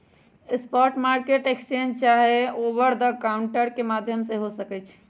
spot market exchange चाहे over the counter के माध्यम से हो सकइ छइ